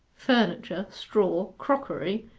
furniture, straw, crockery,